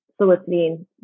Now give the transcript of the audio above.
soliciting